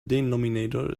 denominator